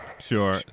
Sure